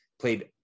played